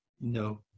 no